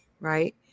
right